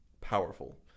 powerful